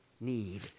need